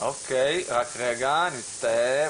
ואני חושבת,